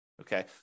Okay